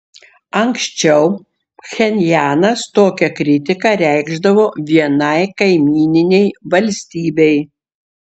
anksčiau pchenjanas tokią kritiką reikšdavo vienai kaimyninei valstybei